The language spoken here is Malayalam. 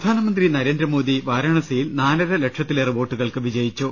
പ്രധാനമന്ത്രി നരേന്ദ്രമോദി വാരാണസിയിൽ നാലരലക്ഷത്തിലേറെ വോട്ടുകൾക്ക് വിജയിച്ചു